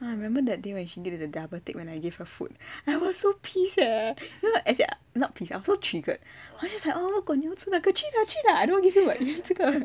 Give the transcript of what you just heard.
I remember that day when she did a double take when I gave her food I was so pissed eh you know as in cause okay not pissed I was so triggered cause she's just like oh 如果你要吃那个去拿 I don't want give you 这个